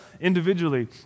individually